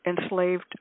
enslaved